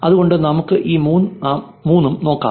അതുകൊണ്ട് നമുക്ക് ഈ മൂന്നും നോക്കാം